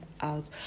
out